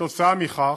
עקב כך,